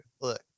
look